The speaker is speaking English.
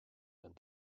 and